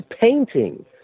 painting